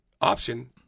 option